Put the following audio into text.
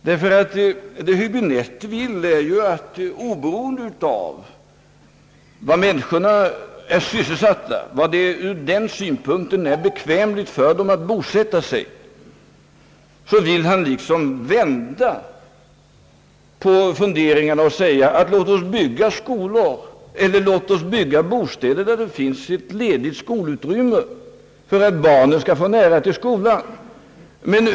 Herr Häbinette vill — oberoende av var mäninskorna är sysselsatta och var det ur den synpunkten är bekvämt för dem att bo — bygga skolor eller bygga bostäder där det finns ett ledigt skolutrymme för att barnen skall få nära till skolan.